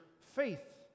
faith